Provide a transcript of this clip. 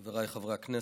חבריי חברי הכנסת,